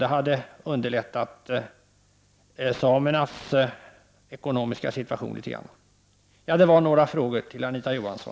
Det hade underlättat samernas ekonomiska situation litet grand. Herr talman! Detta var några frågor till Anita Johansson.